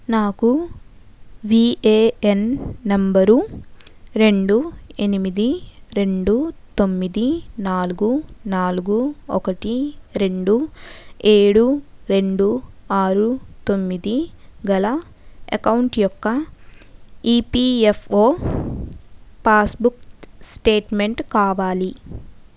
నాకు UAN number రెండు ఎనిమిది రెండు తొమ్మిది నాలుగు నాలుగు ఒకటి రెండు ఏడు రెండు ఆరు తొమ్మిది గల అకౌంట్ యొక్క ఈపిఎఫ్ఓ పాస్బుక్ స్టేట్మెంట్ కావాలి